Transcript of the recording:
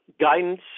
guidance